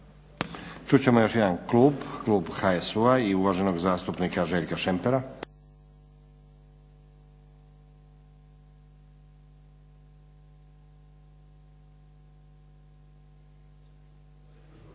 Čut ćemo još jedan klub, klub HSU-a i uvaženog zastupnika Željka Šempera.